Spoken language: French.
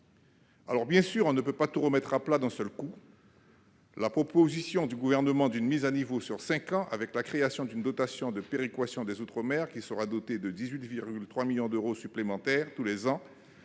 Certes, nous ne pouvons pas tout remettre à plat d'un seul coup. La proposition du Gouvernement d'une mise à niveau sur cinq ans, avec la création d'une dotation de péréquation des outre-mer, dotée de 18,3 millions d'euros supplémentaires tous les ans,